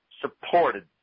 supported